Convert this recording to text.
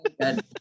good